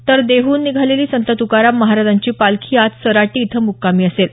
तर देहहून निघालेली संत तुकाराम महाराजांची पालखी आज सराटी इथं मुक्कामी असेल